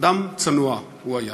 אדם צנוע הוא היה.